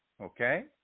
Okay